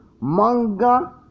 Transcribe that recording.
manga